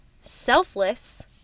selfless